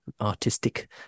artistic